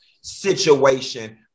situation